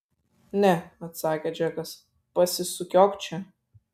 ne atsakė džekas pasisukiok čia